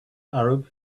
arab